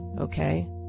okay